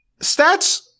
stats